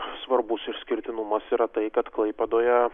svarbus išskirtinumas yra tai kad klaipėdoje